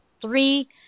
Three